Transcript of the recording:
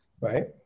right